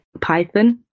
Python